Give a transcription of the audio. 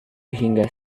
hingga